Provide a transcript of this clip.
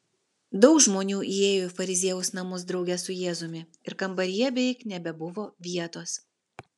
daug žmonių įėjo į fariziejaus namus drauge su jėzumi ir kambaryje beveik nebebuvo vietos